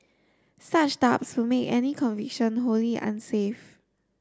such doubts would make any conviction wholly unsafe